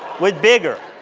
with bigger,